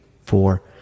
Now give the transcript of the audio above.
four